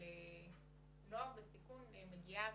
לנוער בסיכון מגיעה הזנה.